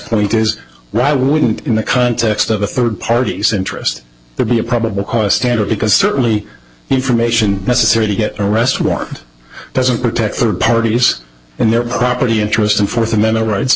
days why wouldn't the context of a third party's interest there be a probable cause standard because certainly information necessary to get arrest warrant doesn't protect third parties and their property interests and fourth amendment rights